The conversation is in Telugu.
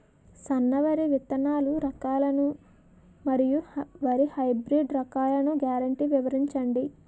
సన్న వరి విత్తనాలు రకాలను మరియు వరి హైబ్రిడ్ రకాలను గ్యారంటీ వివరించండి?